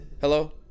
Hello